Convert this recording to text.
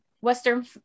western